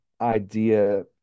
idea